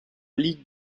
ligue